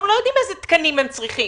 אנחנו לא יודעים איזה תקנים הם צריכים.